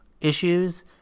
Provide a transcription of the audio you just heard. issues